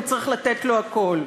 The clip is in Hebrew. והוא צריך לתת לו הכול.